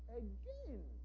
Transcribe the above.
again